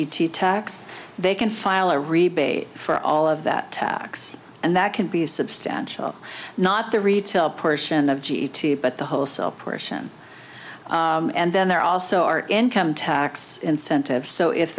e t tax they can file a rebate for all of that tax and that can be substantial not the retail portion of g t but the wholesale portion and then there also are income tax incentives so if